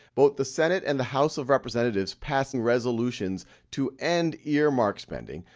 both the senate and the house of representatives passed resolutions to end earmark spending,